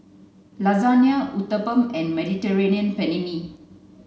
Lasagne Uthapam and Mediterranean Penne